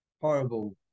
horrible